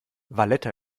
valletta